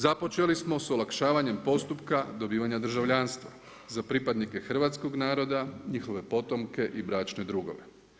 Započeli smo sa olakšavanjem postupka dobivanja državljanstva za pripadnike hrvatskog naroda, njihove potomke i bračne drugove.